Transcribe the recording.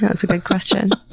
it's a big question.